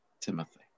Timothy